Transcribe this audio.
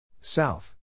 South